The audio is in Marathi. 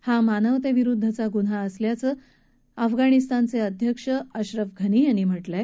हा मानवतेविरुद्धचा गुन्हा असल्याचं अफगाणिस्तानचे अध्यक्ष अश्रफ घनी यांनी म्हा किं आहे